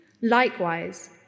Likewise